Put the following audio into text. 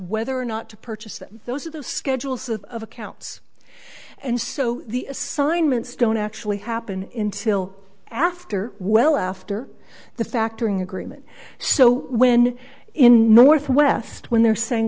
whether or not to purchase them those are the schedules of accounts and so the assignments don't actually happen in till after well after the factoring agreement so when in northwest when they're saying